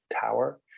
tower